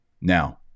Now